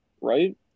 right